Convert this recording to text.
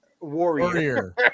Warrior